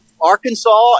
Arkansas